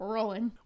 Rolling